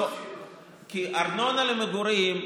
ארנונה למגורים,